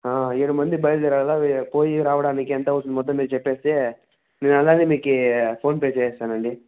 ఏడుమంది బయలుదేరాలా పోయి రావడానికి ఎంత అవుతుంది మొత్తం మీరు చెప్పేస్తే నేను అలానే మీకి ఫోన్పే చేసేస్తానండి